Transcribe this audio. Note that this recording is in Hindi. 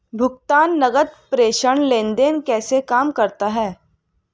भुगतान नकद प्रेषण लेनदेन कैसे काम करता है?